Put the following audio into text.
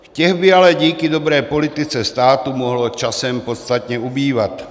Těch by ale díky dobré politice státu mohlo časem podstatně ubývat.